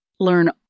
Learn